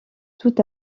tout